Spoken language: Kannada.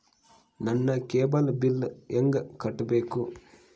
ನನ್ನ ಕೇಬಲ್ ಬಿಲ್ ಹೆಂಗ ಕಟ್ಟಬೇಕು?